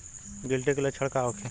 गिलटी के लक्षण का होखे?